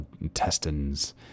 intestines